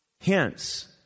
Hence